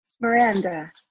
Miranda